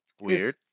weird